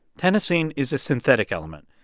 tennessine is a synthetic element.